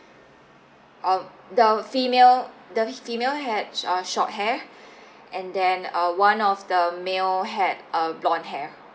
uh the female the female had sh~ uh short hair and then uh one of the male had uh blonde hair